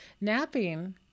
napping